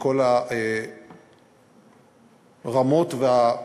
ומכל הרמות והחתכים.